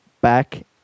back